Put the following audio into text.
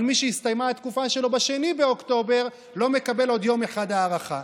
אבל מי שהסתיימה התקופה שלו ב-2 באוקטובר לא מקבל עוד יום אחד הארכה.